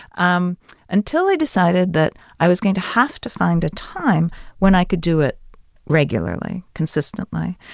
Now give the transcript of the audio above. um until i decided that i was going to have to find a time when i could do it regularly, consistently,